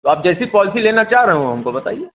तो आप जैसी पालिसी लेना चाह रहे हों हमको बताइए